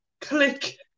click